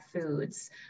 foods